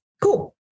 cool